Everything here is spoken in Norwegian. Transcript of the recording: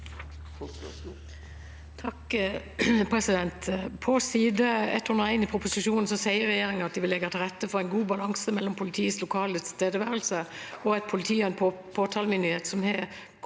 (H) På side 101 i proposi- sjonen sier regjeringen at de «vil legge til rette for en god balanse mellom politiets lokale tilstedeværelse og et politi og en påtalemyndighet som har